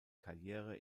karriere